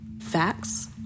facts